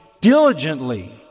diligently